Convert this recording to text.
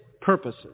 purposes